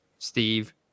steve